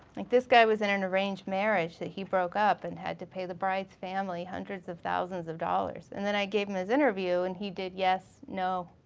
like this guy was in an arranged marriage that he broke up and had to pay the bride's family hundreds of thousands of dollars. and then i gave him his interview and he did yes, no,